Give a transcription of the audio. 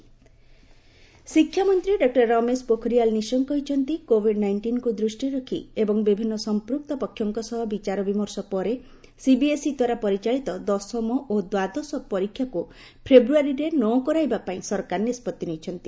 CBSE board exam ଶିକ୍ଷାମନ୍ତ୍ରୀ doctor Ramesh Pokhriyal Nishank କହିଛନ୍ତି Covid ନାଇଷ୍ଟିନ୍କୁ ଦୂଷ୍ଟିରେ ରଖି ଏବଂ ବିଭିନ୍ନ ସମ୍ପୃକ୍ତ ପକ୍ଷଙ୍କ ସହ ବିଚାରବିମର୍ଷ ପରେ ସିବିଏସ୍ଇ ଦ୍ୱାରା ପରିଚାଳିତ ଦଶମ ଓ ଦ୍ୱାଦଶ ପରୀକ୍ଷାକୁ ଫେବୃୟାରୀରେ ନ କରାଇବା ପାଇଁ ସରକାର ନିଷ୍ପଭି ନେଇଛନ୍ତି